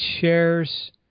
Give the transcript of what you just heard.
shares